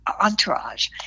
entourage